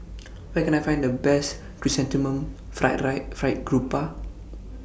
Where Can I Find The Best Chrysanthemum Fried Fried Garoupa